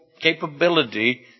capability